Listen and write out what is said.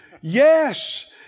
Yes